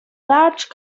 large